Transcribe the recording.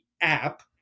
app